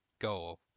go